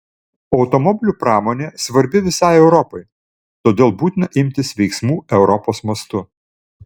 automobilių pramonė svarbi visai europai todėl būtina imtis veiksmų europos mastu